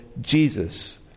Jesus